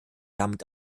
damit